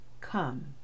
come